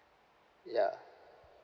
ya